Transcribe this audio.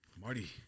Marty